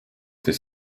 this